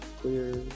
Clear